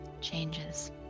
changes